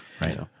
Right